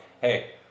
hey